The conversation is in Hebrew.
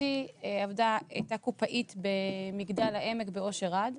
אחותי הייתה קופאית במגדל העמק ב'אושר עד'.